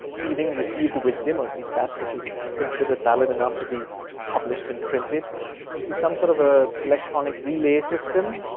feeding received wisdom or at least that which is considered valid enough to be published and printed into some sort of an ah electronic relay system.